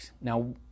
now